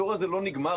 התור הזה לא נגמר,